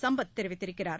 சம்பத் தெரிவித்திருக்கிறார்